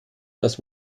das